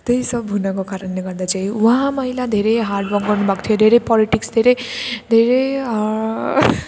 त्यही सब हुनाको कारणले गर्दा चाहिँ उहाँ महिला धेरै हार्डवर्क गर्नुभएको थियो धेरै पोलिटिक्स धेरै धेरै